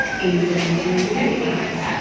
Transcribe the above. it is then going to move that